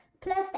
Plus